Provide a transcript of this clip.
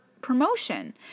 promotion